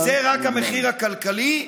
זה רק המחיר הכלכלי,